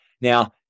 Now